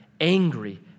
angry